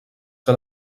que